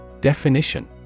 Definition